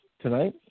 tonight